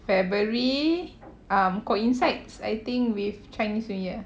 february um coincides I think with chinese new year